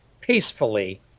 peacefully